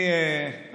תן בראש, עודד.